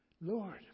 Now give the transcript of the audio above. Lord